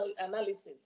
analysis